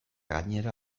gainera